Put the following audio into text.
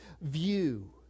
view